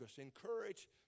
Encourage